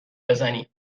بزنی